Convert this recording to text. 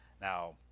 Now